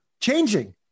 changing